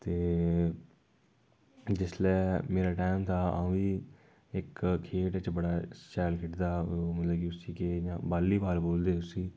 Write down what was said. ते जिसले मेरा टैम था अ'ऊं बी इक खेढ च बड़ा शैल खेढदा हा हां उस्सी मतलब कि केह् इ'यां बालीबाल आखदे उस्सी